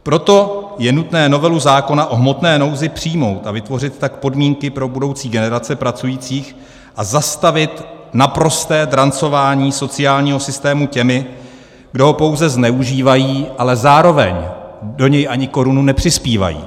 Proto je nutné novelu zákona o hmotné nouzi přijmout a vytvořit tak podmínky pro budoucí generaci pracujících a zastavit naprosté drancování sociálního systému těmi, kdo ho pouze zneužívají, ale zároveň do něj ani korunou nepřispívají.